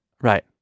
Right